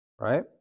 Right